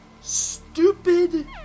stupid